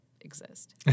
exist